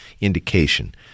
indication